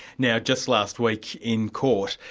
now just last week in court,